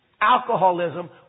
alcoholism